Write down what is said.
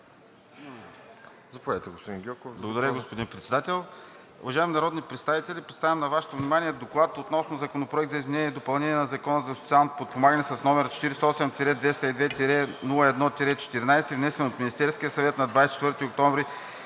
Заповядайте, господин Гьоков.